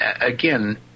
again